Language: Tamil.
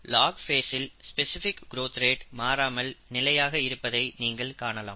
லாக் ஃபேஸ்சில் ஸ்பெசிபிக் கிரோத் ரேட் மாறாமல் நிலையாக இருப்பதை நீங்கள் காணலாம்